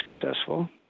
successful